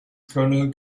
kernel